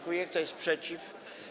Kto jest przeciw?